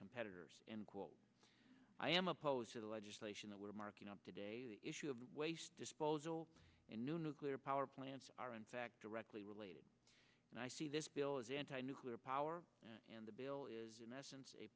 competitors and quote i am opposed to the legislation that we are marking up today the issue of waste disposal in nuclear power plants are in fact directly related and i see this bill as anti nuclear power and the bill is in essence a